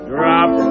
Drop